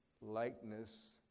likeness